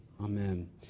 Amen